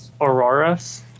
Auroras